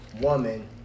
woman